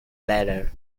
letter